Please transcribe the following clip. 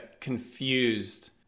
confused